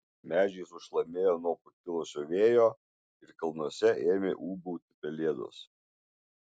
medžiai sušlamėjo nuo pakilusio vėjo ir kalnuose ėmė ūbauti pelėdos